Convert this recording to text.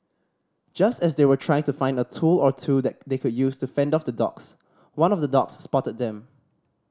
just as they were trying to find a tool or two that they could use to fend off the dogs one of the dogs spotted them